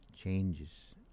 Changes